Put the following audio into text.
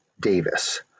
Davis